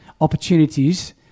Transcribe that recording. opportunities